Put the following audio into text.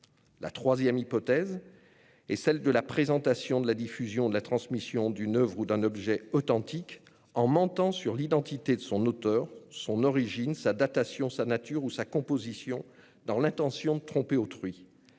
La troisième hypothèse est celle de la présentation, de la diffusion ou de la transmission d'une oeuvre ou d'un objet authentique en mentant sur l'identité de son auteur, son origine, sa datation, sa nature ou sa composition dans l'intention de tromper autrui.